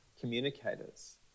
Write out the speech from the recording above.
communicators